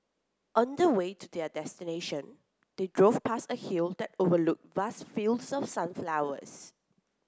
on the way to their destination they drove past a hill that overlooked vast fields of sunflowers